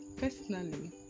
Personally